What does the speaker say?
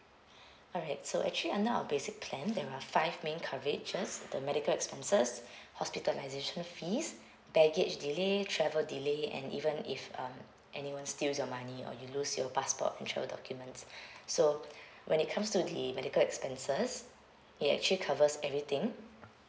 alright so actually under our basic plan there are five main coverages the medical expenses hospitalisation fees baggage delay travel delay and even if um anyone steals your money or you lose your passport and travel documents so when it comes to the medical expenses it actually covers everything